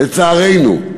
לצערנו,